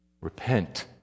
Repent